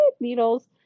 needles